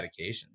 medications